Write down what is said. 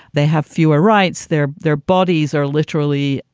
they have fewer rights there. their bodies are literally,